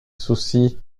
soucis